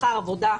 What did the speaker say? שכר עבודה,